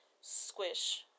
squish